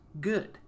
Good